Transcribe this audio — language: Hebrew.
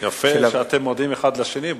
יפה שאתם מודים אחד לשני,